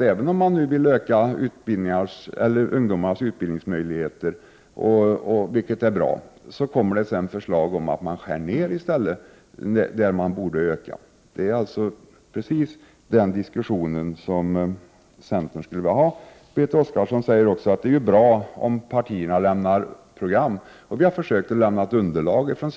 Även om man vill öka ungdomarnas utbildningsmöjligheter, vilket är bra, får det inte sedan läggas fram förslag om nedskärningar där man borde öka resurserna. Det är precis den diskussionen som centern skulle vilja ha. Berit Oscarsson säger också att det är bra om partierna lämnar program. Och vi i centern har försökt att lämna ett underlag för